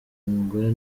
umugore